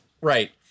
Right